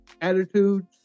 attitudes